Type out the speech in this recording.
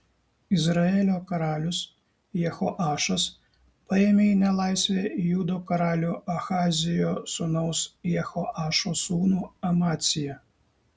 izraelio karalius jehoašas paėmė į nelaisvę judo karalių ahazijo sūnaus jehoašo sūnų amaciją